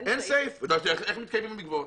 שאלתי, איך מתקיימים המקוואות?